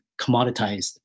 commoditized